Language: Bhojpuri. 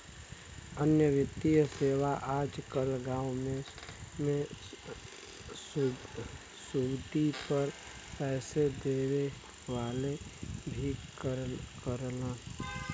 अन्य वित्तीय सेवा आज कल गांव में सुदी पर पैसे देवे वाले भी करलन